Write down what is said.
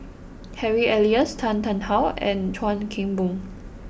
Harry Elias Tan Tarn How and Chuan Keng Boon